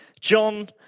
John